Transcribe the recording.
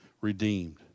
Redeemed